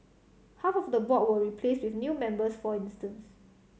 half of the board were replaced with new members for instance